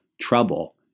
trouble